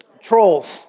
Trolls